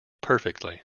perfectly